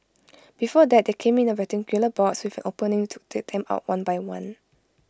before that they came in A rectangular box with an opening to take them out one by one